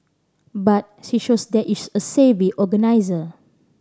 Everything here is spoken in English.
but she shows that is a savvy organiser